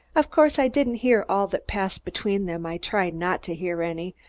of course i didn't hear all that passed between them, i tried not to hear any,